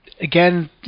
again